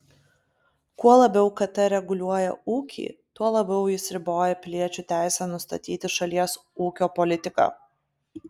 kuo labiau kt reguliuoja ūkį tuo labiau jis riboja piliečių teisę nustatyti šalies ūkio politiką